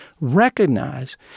recognize